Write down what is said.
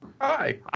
Hi